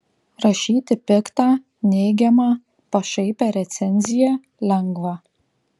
rašyti piktą neigiamą pašaipią recenziją lengva